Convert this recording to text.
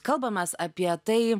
kalbamės apie tai